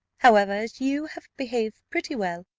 however, as you have behaved pretty well,